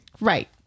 Right